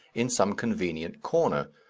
in some convenient corner.